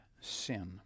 sin